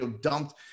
dumped